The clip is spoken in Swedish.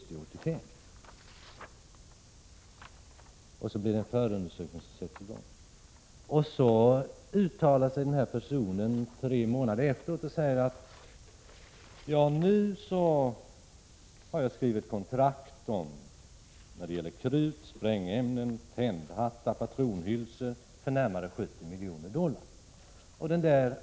Tre månader efteråt uttalar sig den här personen och säger: Nu har jag skrivit ett kontrakt om krut, sprängämnen, tändhattar och patronhylsor för närmare 70 miljoner dollar.